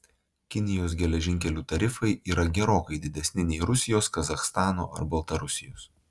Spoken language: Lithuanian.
kinijos geležinkelių tarifai yra gerokai didesni nei rusijos kazachstano ar baltarusijos